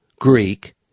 Greek